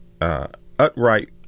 upright